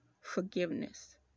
forgiveness